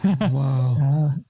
Wow